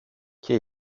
και